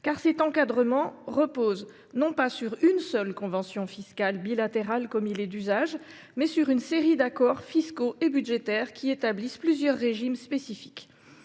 Cet encadrement repose non sur une seule convention fiscale bilatérale, comme il est d’usage, mais sur une série d’accords fiscaux et budgétaires qui établissent plusieurs régimes spécifiques.